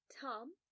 Tom